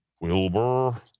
Wilbur